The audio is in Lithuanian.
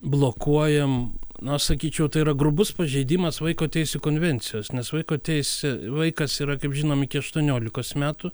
blokuojam na sakyčiau tai yra grubus pažeidimas vaiko teisių konvencijos nes vaiko teisė vaikas yra kaip žinom iki aštuoniolikos metų